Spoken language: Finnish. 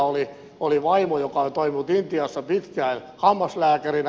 yhdellä oli vaimo joka oli toiminut intiassa pitkään hammaslääkärinä